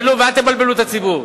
שלא תתבלבלו ואל תבלבלו את הציבור.